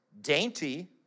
dainty